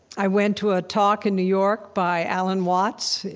i went to a talk in new york by alan watts.